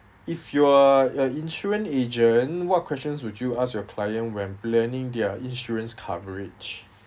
if you are you're insurance agent what questions would you ask your client when planning their insurance coverage